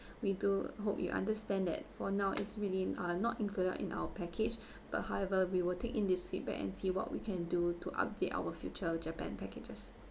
we do hope you understand that for now it's really uh not included in our package but however we will take in this feedback and see what we can do to update our future japan packages